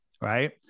Right